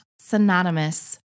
synonymous